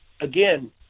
again